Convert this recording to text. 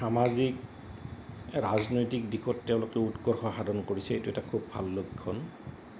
সামাজিক ৰাজনৈতিক দিশত তেওঁলোকে উৎকৰ্ষ সাধন কৰিছে এইটো এটা খুব ভাল লক্ষণ